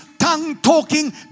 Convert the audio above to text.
tongue-talking